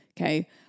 Okay